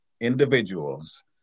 individuals